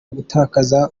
gutakaza